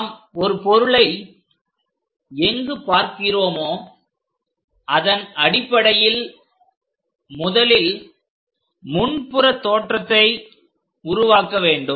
நாம் ஒரு பொருளை எங்கு பார்க்கிறோமோ அதன் அடிப்படையில் முதலில் முன்புற தோற்றத்தை உருவாக்க வேண்டும்